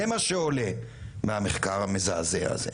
זה מה שעולה מהמחקר המזעזע הזה.